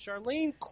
Charlene